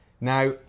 Now